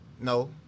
No